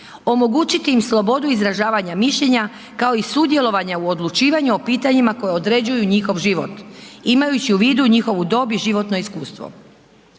omogućiti slobodu izražavanja mišljenja, kao i sudjelovanju o odlučivanju o pitanjima koje određuju njihov život, imajući u vidu njihovu dob i životno iskustvo.